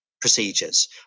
procedures